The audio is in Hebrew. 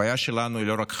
הבעיה שלנו היא לא רק חמאס.